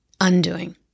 Undoing